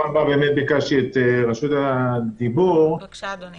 בבקשה, אדוני.